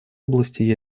области